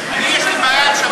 עוד פעם הוא צועק.